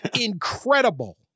incredible